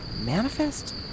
manifest